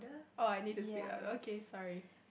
oh I need to speak louder okay sorry